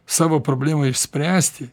savo problemą išspręsti